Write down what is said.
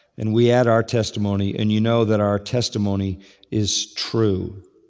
and we add our testimony, and you know that our testimony is true.